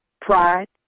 pride